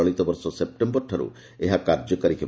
ଚଳିତବର୍ଷ ସେପ୍ଟେମ୍ବରଠାରୁ ଏହା କାର୍ଯ୍ୟକାରୀ ହେବ